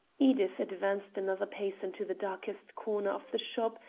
edith advanced another pace into the darkest corner of the shop,